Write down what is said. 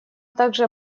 также